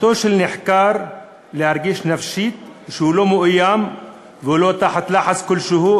זכותו של נחקר להרגיש נפשית שהוא לא מאוים והוא לא תחת לחץ כלשהו,